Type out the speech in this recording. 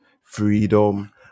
Freedom